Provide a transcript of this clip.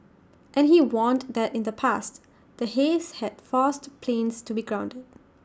and he warned that in the past the haze had forced planes to be grounded